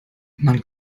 man